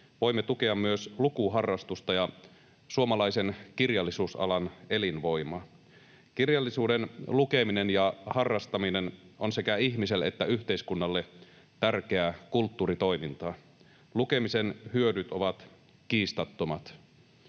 voimme tukea myös lukuharrastusta ja suomalaisen kirjallisuusalan elinvoimaa. Kirjallisuuden lukeminen ja harrastaminen ovat sekä ihmiselle että yhteiskunnalle tärkeää kulttuuritoimintaa. Lukemisen hyödyt ovat kiistattomat.